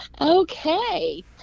okay